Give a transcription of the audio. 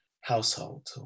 household